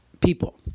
people